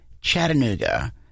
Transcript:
Chattanooga